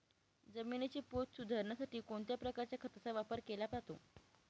जमिनीचा पोत सुधारण्यासाठी कोणत्या प्रकारच्या खताचा वापर केला जातो?